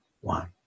one